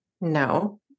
No